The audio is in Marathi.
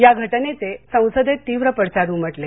या घटनेचे संसदेत तीव्र पडसाद उमटले